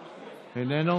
איננו,